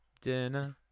Dinner